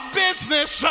business